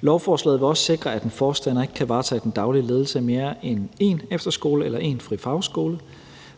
Lovforslaget vil også sikre, at en forstander ikke kan varetage den daglige ledelse af mere end en efterskole eller en fri fagskole.